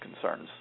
concerns